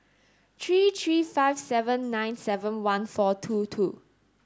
three three five seven nine seven one four two two